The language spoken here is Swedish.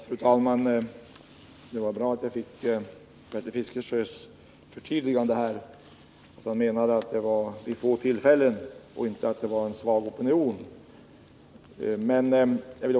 Fru talman! Det är bra att jag fick ett förtydligande av Bertil Fiskesjö. Han menar alltså att övertrampen förekommer vid få tillfällen och inte att opinionen mot dem är svag.